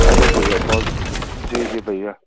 ارے بھیا بہت جی جی بھیا